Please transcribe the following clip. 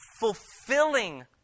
fulfilling